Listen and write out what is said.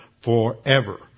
forever